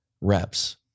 reps